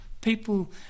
People